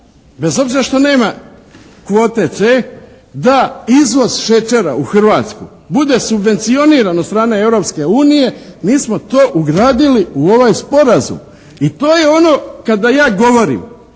obzira što nema kvote C da izvoz šećera u Hrvatsku bude subvencioniran od strane Europske unije mi smo to ugradili u ovaj sporazum. I to je ono kada ja govorim